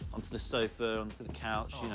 onto the sofa, onto the couch,